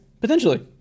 Potentially